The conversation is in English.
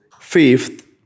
Fifth